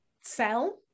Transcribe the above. sell